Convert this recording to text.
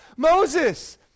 Moses